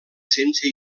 sense